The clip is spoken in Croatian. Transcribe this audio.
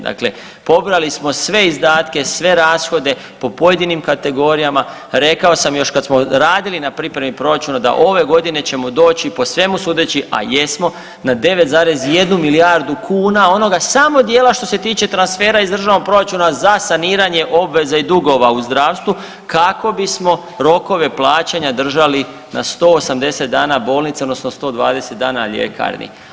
Dakle, pobrojali smo sve izdatke, sve rashode po pojedinim kategorijama, rekao sam još kad smo radili na pripremi proračuna da ove godine ćemo doći po svemu sudeći, a jesmo na 9,1 milijardu kuna onoga samo dijela što se tiče transfera iz državnog proračuna za saniranje obveza i dugova u zdravstvu kako bismo rokove plaćanja držali na 180 dana bolnicama odnosno 120 dana ljekarni.